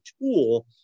tool